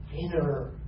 inner